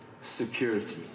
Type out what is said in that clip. security